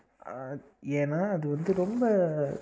ஏன்னால் அது வந்து ரொம்ப